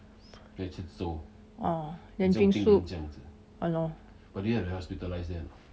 ah then drink soup ah lor